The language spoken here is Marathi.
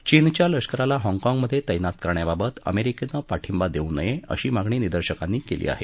चीनच्या लष्कराला हाँगकाँगमधे तत्तित करण्याबाबत अमेरिकेनं पाठिंबा देऊ नये अशी मागणी निदर्शकांनी केली आहे